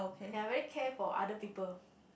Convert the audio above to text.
ya very care for other people